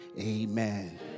amen